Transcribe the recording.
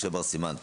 משה בר סימן טוב.